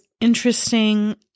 interesting